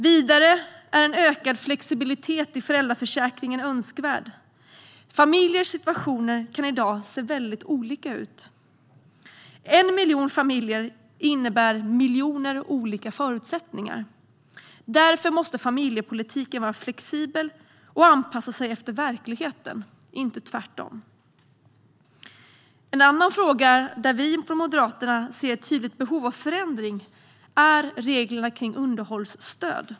Vidare är en ökad flexibilitet i föräldraförsäkringen önskvärd. Familjers situationer kan i dag se väldigt olika ut. En miljon familjer innebär miljoner olika förutsättningar, och därför måste familjepolitiken vara flexibel och anpassa sig efter verkligheten - inte tvärtom. En annan fråga där vi i Moderaterna ser ett tydligt behov av förändring gäller reglerna om underhållsstöd.